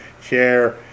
share